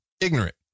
ignorant